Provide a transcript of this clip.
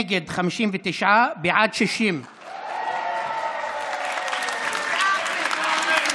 נגד, 59, בעד, 60. תודה, אחמד.